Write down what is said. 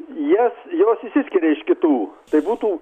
jas jos išsiskiria iš kitų tai būtų